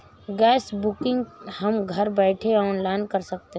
gas booking हम घर बैठे ऑनलाइन कर सकते है